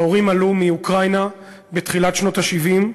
ההורים עלו מאוקראינה בתחילת שנות ה-70.